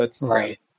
Right